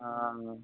ହଁ